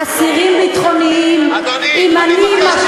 אסירים ביטחוניים, אדוני, אני מבקש